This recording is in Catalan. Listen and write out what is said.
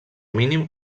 mínim